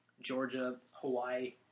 Georgia-Hawaii